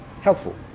helpful